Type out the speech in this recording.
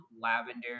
lavender